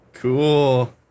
Cool